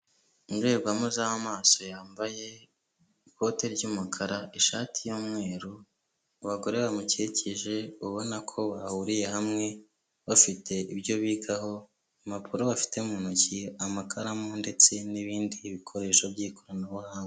Indorerwamo z'amaso yambaye, ikote ry'umukara, ishati y'umweru, abagore bamukikije ubona ko bahuriye hamwe bafite ibyo bigaho, impapuro bafite mu ntoki, amakaramu ndetse n'ibindi bikoresho by'ikoranabuhanga.